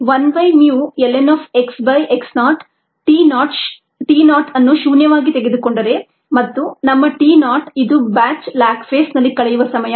1 by mu ln of x by x naught t naught ಅನ್ನು ಶೂನ್ಯವಾಗಿ ತೆಗೆದುಕೊಂಡರೆ ಮತ್ತು ನಮ್ಮ t ನಾಟ್ ಇದು ಬ್ಯಾಚ್ ಲ್ಯಾಗ್ ಫೇಸ್ ನಲ್ಲಿ ಕಳೆಯುವ ಸಮಯ